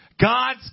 God's